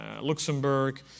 Luxembourg